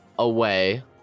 away